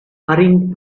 hurrying